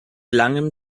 langem